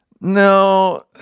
No